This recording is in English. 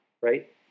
right